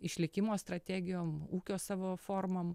išlikimo strategijom ūkio savo formom